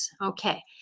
Okay